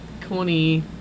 corny